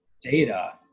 data